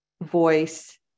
voice